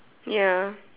ya